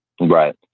right